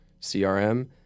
CRM